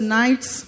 nights